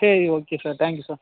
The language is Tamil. சரி ஓகே சார் தேங்க்யூ சார்